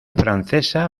francesa